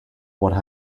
what